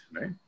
right